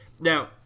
Now